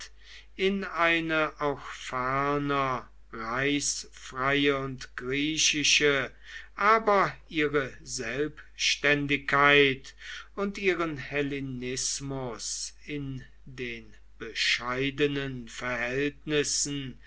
in eine auch ferner reichsfreie und griechische aber ihre selbständigkeit und ihren hellenismus in den bescheidenen verhältnissen